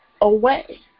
away